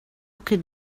could